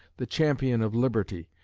the champion of liberty,